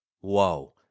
Whoa